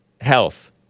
health